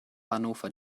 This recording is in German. hannover